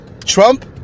Trump